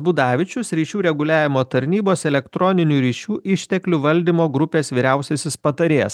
budavičius ryšių reguliavimo tarnybos elektroninių ryšių išteklių valdymo grupės vyriausiasis patarėjas